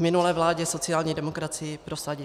minulé vládě sociální demokracii prosadit.